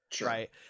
right